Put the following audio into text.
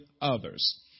others